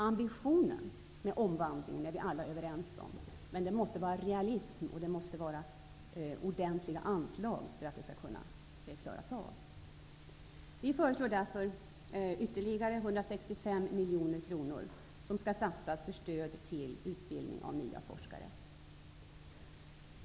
Ambitionen med omvandlingen är vi alla överens om, men det måste finnas realism och ordentliga anslag för att detta skall kunna klaras av. Vi föreslår därför ytterligare 165 miljoner kronor, som skall satsas på stöd till utbildning av nya forskare.